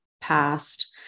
past